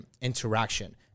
interaction